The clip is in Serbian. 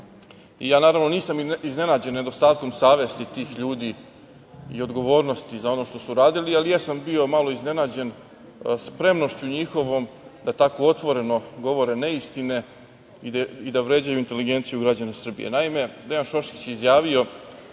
Naravno, nisam iznenađen nedostatkom savesti tih ljudi i odgovornosti za ono što su radili, ali jesam bio malo iznenađen spremnošću njihovom da tako otvoreno govore neistine i da vređaju inteligenciju građana Srbije. Naime, Dejan Šoškić je izjavio